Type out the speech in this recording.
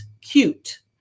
cute